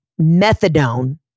methadone